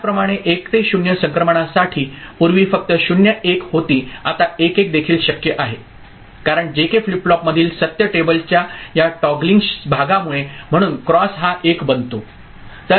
त्याचप्रमाणे 1 ते 0 संक्रमणासाठी पूर्वी फक्त 0 1 होती आता 1 1 देखील शक्य आहे कारण जेके फ्लिप फ्लॉप मधील सत्य टेबलच्या या टॉगलिंग भागामुळे म्हणून क्रॉस हा 1 बनतो